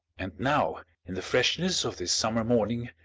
and now! in the freshness of this summer morning,